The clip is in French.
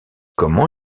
comment